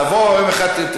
תבוא יום אחד,